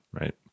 right